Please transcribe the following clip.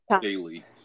daily